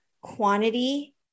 quantity